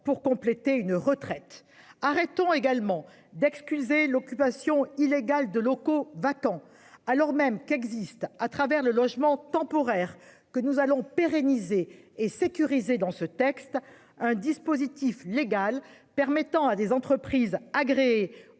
pour compléter une retraite arrêtons également d'excuser l'occupation illégale de locaux vacants alors même qu'existent à travers le logement temporaire que nous allons pérenniser et sécuriser dans ce texte, un dispositif légal permettant à des entreprises agréées